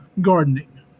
gardening